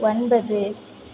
ஒன்பது